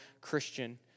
Christian